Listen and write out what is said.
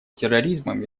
терроризмом